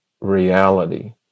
reality